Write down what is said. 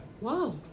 Wow